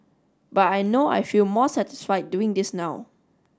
but I know I feel more satisfied doing this now